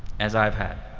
as i've had,